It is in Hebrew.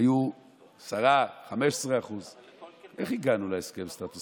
היו 10% 15%. איך הגענו להסכם סטטוס